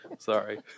Sorry